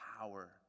power